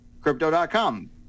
Crypto.com